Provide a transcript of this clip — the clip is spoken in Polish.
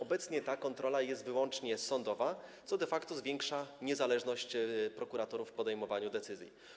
Obecne ta kontrola jest wyłącznie sądowa, co de facto zwiększa niezależność prokuratorów w podejmowaniu decyzji.